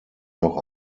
noch